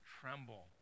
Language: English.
tremble